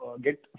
get